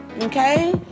Okay